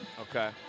Okay